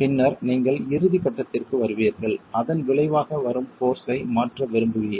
பின்னர் நீங்கள் இறுதிக் கட்டத்திற்கு வருவீர்கள் அதன் விளைவாக வரும் போர்ஸ் ஐ மாற்ற விரும்புவீர்கள்